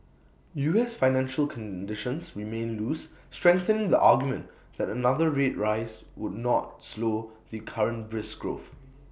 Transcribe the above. us financial conditions remain loose strengthening the argument that another rate rise would not slow the current brisk growth